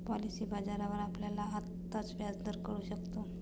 policy बाजारावर आपल्याला आत्ताचा व्याजदर कळू शकतो